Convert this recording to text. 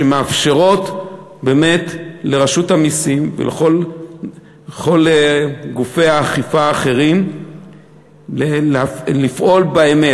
שמאפשרות לרשות המסים ולכל גופי האכיפה האחרים לפעול באמת.